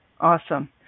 Awesome